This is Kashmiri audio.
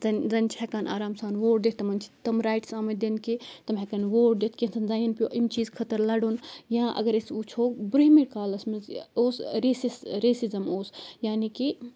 زَنہِ زَنہِ چھِ ہٮ۪کان آرام سان ووٹ دِتھ تِمَن تِم رایٹٕس آمٕتۍ دِنہٕ کہِ تٕم ہٮ۪کَن ووٹ دِتھ کینٛژَن زَنٮ۪ن پیوٚ ایٚمہِ چیٖزٕ خٲطرٕ لَڑُن یا اگر أسۍ وٕچھو بروٗنٛہمہِ کالَس اوس ریسِس ریسِزَم اوس یعنی کہِ